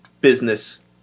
business